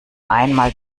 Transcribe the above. einmal